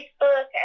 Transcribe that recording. Facebook